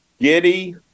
Giddy